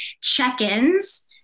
check-ins